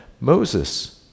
Moses